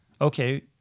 Okay